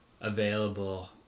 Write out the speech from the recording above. available